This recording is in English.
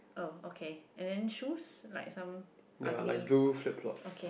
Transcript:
oh okay and then shoes like some ugly okay